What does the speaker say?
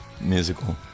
musical